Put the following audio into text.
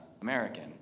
American